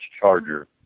Charger